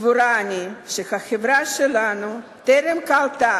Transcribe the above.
סבורה אני שהחברה שלנו טרם קלטה